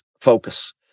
focus